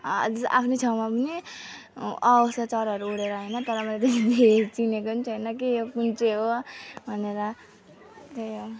आफ्नै छेउमा पनि आउँछ चराहरू उडेर होइन तर मैले चिनेको पनि छैन के कुन चाहिँ हो भनेर त्यही हो